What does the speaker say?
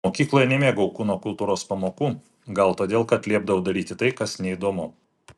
mokykloje nemėgau kūno kultūros pamokų gal todėl kad liepdavo daryti tai kas neįdomu